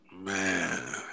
Man